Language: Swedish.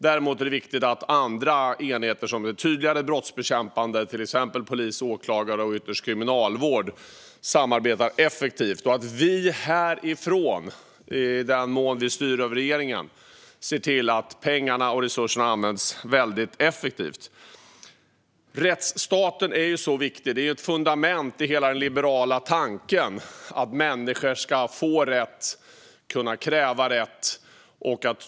Däremot är det viktigt att andra enheter som är tydligare brottsbekämpande, till exempel polis, åklagare och ytterst kriminalvård, samarbetar effektivt och att vi härifrån, i den mån vi styr över regeringen, ser till att pengarna och resurserna används väldigt effektivt. Rättsstaten är så viktig. Den är ett fundament i hela den liberala tanken att människor ska få rätt och kunna kräva rätt.